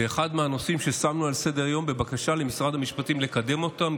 זה אחד מהנושאים ששמנו על סדר-היום בבקשה למשרד המשפטים לקדם אותו,